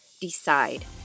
decide